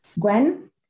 Gwen